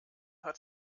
hat